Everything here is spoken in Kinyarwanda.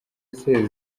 ese